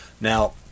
Now